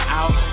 out